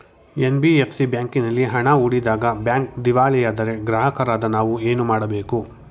NBFC ಬ್ಯಾಂಕಿನಲ್ಲಿ ಹಣ ಹೂಡಿದಾಗ ಬ್ಯಾಂಕ್ ದಿವಾಳಿಯಾದರೆ ಗ್ರಾಹಕರಾದ ನಾವು ಏನು ಮಾಡಬೇಕು?